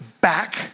back